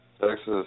Texas